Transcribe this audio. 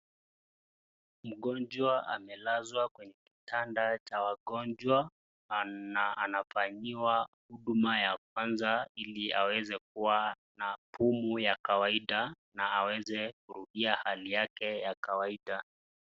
Mgonjwa amelazwa kwenye kitanda cha wagonjwa, anafanyiwa huduma ya kwaza ili aweze kuwa na pumu ya kawaida na aweze kurudia hali yake ya kawaida.